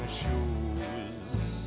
shoes